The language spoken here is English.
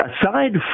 aside